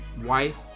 wife